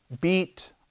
beat